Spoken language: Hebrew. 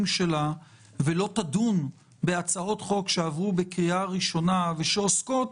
שלה ולא תדון בהצעות חוק שעברו בקריאה הראשונה ושעוסקות